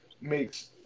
makes